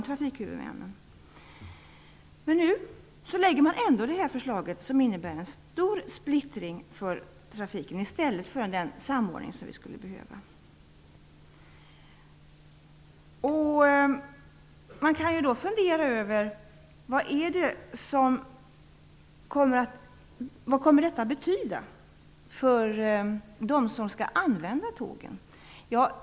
Trots det lägger regeringen nu ändå fram ett förslag som innebär en stor splittring för trafiken i stället för den samordning vi skulle behöva. Man kan fundera över vad det kommer att betyda för dem som skall använda tågen.